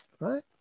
right